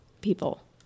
people